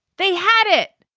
they had it.